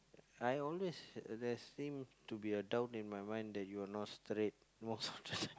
I always there seem to be a doubt in my mind that you are not straight most of the time